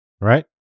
right